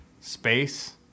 space